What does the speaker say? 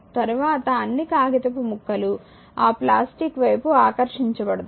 తర్వాత అన్ని కాగితపు ముక్కలు ఆ ప్లాస్టిక్ వైపు ఆకర్షించబడతాయి